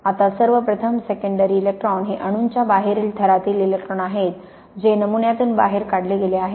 आता सर्व प्रथम सेकंडरी इलेक्ट्रॉन हे अणूंच्या बाहेरील थरातील इलेक्ट्रॉन आहेत जे नमुन्यातून बाहेर काढले गेले आहेत